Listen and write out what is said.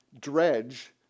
dredge